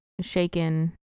shaken